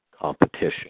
competition